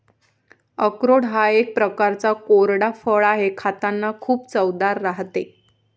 अक्रोड हा एक प्रकारचा कोरडा फळ आहे, खातांना खूप चवदार राहते